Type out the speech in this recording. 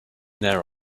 there